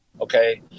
Okay